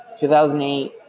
2008